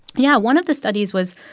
yeah. one of the studies was,